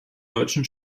deutschen